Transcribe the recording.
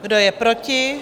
Kdo je proti?